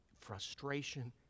frustration